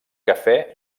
cafè